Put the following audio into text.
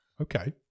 Okay